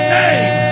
name